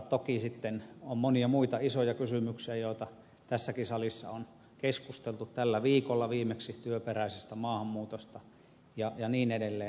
toki sitten on monia muita isoja kysymyksiä joista tässäkin salissa on keskusteltu tällä viikolla viimeksi työperäisestä maahanmuutosta ja niin edelleen